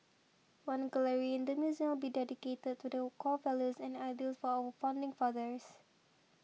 one gallery in the museum will be dedicated to the core values and ideals for our founding fathers